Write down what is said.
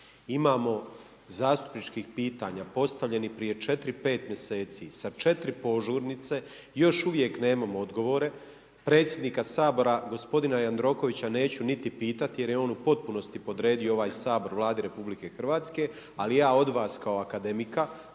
Imamo zastupničkih pitanja postavljenih prije 4, 5 mjeseci sa 4 požurnice i još uvijek nemamo odgovore. Predsjednika Sabora gospodina Jandrokovića neću niti pitati jer je on u potpunosti podredio ovaj Sabor Vladi Republike Hrvatske. Ali ja od vas kao akademika,